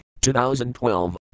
2012